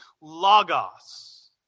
logos